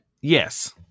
Yes